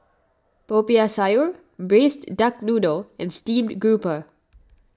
Popiah Sayur Braised Duck Noodle and Steamed Grouper